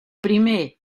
primer